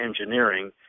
engineering